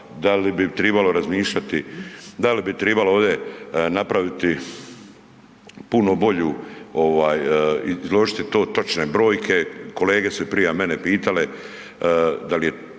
da li bi tribalo razmišljati, da li bi tribalo ovdje napraviti puno bolju ovaj izložiti to točne brojke? Kolege su prije mene pitale da li je